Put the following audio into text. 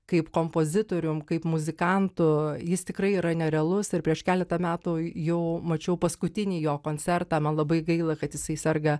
kaip kompozitorium kaip muzikantu jis tikrai yra nerealus ir prieš keletą metų jau mačiau paskutinį jo koncertą man labai gaila kad jisai serga